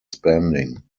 spending